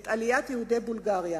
את עליית יהודי בולגריה,